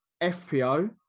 FPO